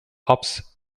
ups